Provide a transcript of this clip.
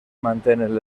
mantenen